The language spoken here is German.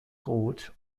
rot